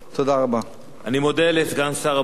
אני מודה לסגן שר הבריאות מר יעקב ליצמן.